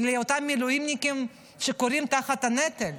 לאותם מילואימניקים שכורעים תחת הנטל.